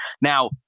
Now